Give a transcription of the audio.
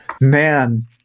Man